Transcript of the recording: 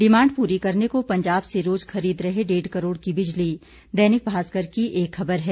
demand पूरी करने को पंजाब से रोज खरीद रहे डेढ़ करोड़ की बिजली दैनिक भास्कर की एक खबर है